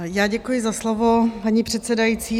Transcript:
Já děkuji za slovo, paní předsedající.